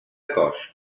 cost